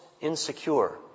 insecure